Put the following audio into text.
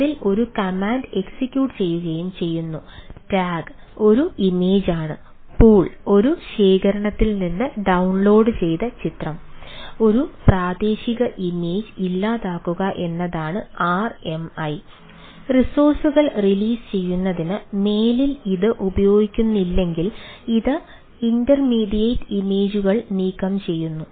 അതിനാൽ ഇമേജുകൾ നീക്കംചെയ്യുന്നു